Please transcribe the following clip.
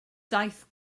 daeth